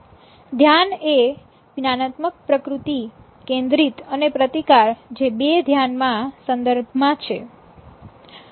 ધ્યાન એ જ્ઞાનાત્મક પ્રવૃત્તિ કેન્દ્રીત અને પ્રતિકાર જે બેધ્યાનના સંદર્ભમાં છે